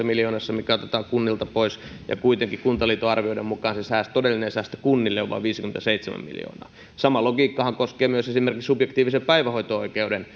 miljoonassa mikä otetaan kunnilta pois ja kuitenkin kuntaliiton arvioiden mukaan se todellinen säästö kunnille on vain viisikymmentäseitsemän miljoonaa sama logiikkahan koskee myös esimerkiksi subjektiivisen päivähoito oikeuden